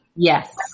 Yes